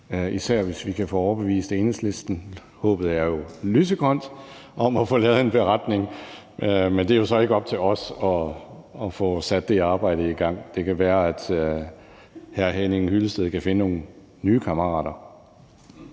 især hvis vi kan få overbevist Enhedslisten – håbet er jo lysegrønt – om, at vi skal lave en beretning. Men det er jo så ikke op til os at få sat det arbejde i gang. Det kan være, at hr. Henning Hyllested kan finde nogle nye kammerater.